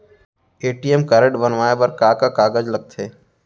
ATM card बनवाये बर का का कागज लगथे?